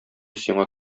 сиңа